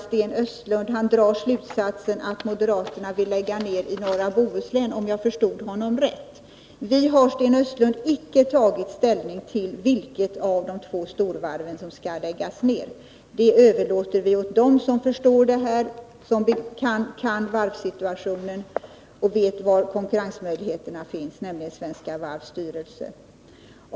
Sten Östlund drar slutsatsen att moderaterna vill lägga ned varvsproduktionen i norra Bohuslän, om jag förstod honom rätt. Nej, Sten Östlund, vi har icke tagit ställning till vilket av de två storvarven som skall läggas ner — det överlåter vi åt dem som förstår det här, som känner till varvssituationen och vet var konkurrensmöjligheterna finns, nämligen Svenska Varvs styrelse.